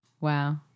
Wow